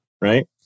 right